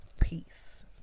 peace